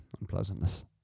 unpleasantness